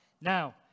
Now